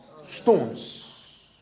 stones